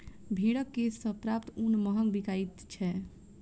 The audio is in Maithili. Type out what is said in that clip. भेंड़क केश सॅ प्राप्त ऊन महग बिकाइत छै